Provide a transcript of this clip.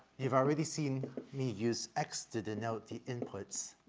you've already seen me use x to denote the inputs,